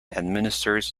administers